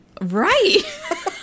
Right